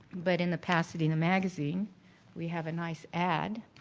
but in the pasadena magazine we have a nice ad